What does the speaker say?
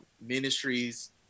Ministries